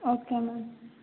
okay ma'am